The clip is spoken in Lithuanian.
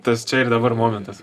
tas čia ir dabar momentas